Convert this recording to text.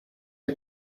are